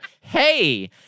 Hey